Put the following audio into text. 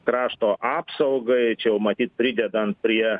krašto apsaugai čia jau matyt pridedant prie